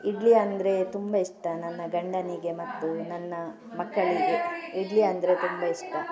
ಇಡ್ಲಿ ಅಂದರೆ ತುಂಬ ಇಷ್ಟ ನನ್ನ ಗಂಡನಿಗೆ ಮತ್ತು ನನ್ನ ಮಕ್ಕಳಿಗೆ ಇಡ್ಲಿ ಅಂದರೆ ತುಂಬ ಇಷ್ಟ